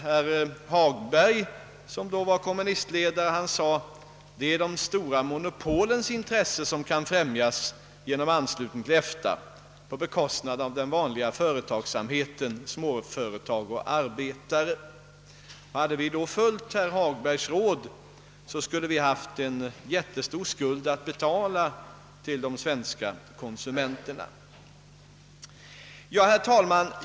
Herr Hagberg, som då var kommunistledare sade, att det vore de stora monopolens intressen som kunde främjas genom anslutning till EFTA på bekostnad av småföretagares och arbetares intressen. Hade vi följt herr Hagbergs råd skulle vi haft en jättestor skuld att betala till de svenska konsumenterna. Herr talman!